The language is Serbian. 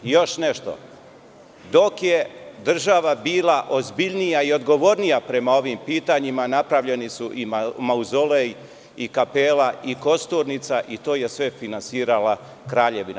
Još nešto, dok je država bila ozbiljnija i odgovornija prema ovim pitanjima napravljeni su mauzolej, kapela i kosturnica i to je sve finansirala Kraljevina.